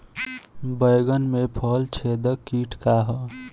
बैंगन में फल छेदक किट का ह?